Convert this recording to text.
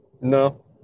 No